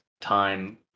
time